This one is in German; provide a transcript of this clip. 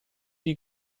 die